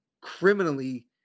criminally